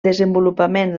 desenvolupament